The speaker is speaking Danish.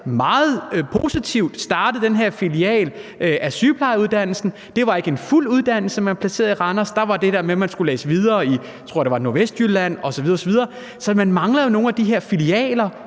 meget positivt startede den her filial af sygeplejeuddannelsen. Det var ikke en fuld uddannelse, man placerede i Randers, for der var det der med, at man skulle læse videre i, jeg tror, det var Nordvestjylland osv. osv., så man mangler jo nogle af de her filialer,